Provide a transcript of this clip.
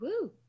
woo